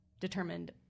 determined